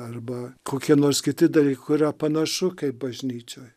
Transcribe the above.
arba kokie nors kiti dalykai kur yra panašu kaip bažnyčioj